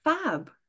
fab